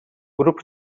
grupo